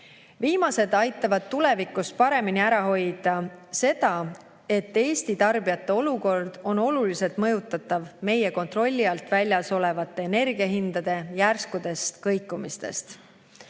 Viimane aitab tulevikus paremini ära hoida seda, et Eesti tarbijate olukord oleks oluliselt mõjutatav meie kontrolli alt väljas olevate energiahindade järsust kõikumisest.